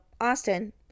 Austin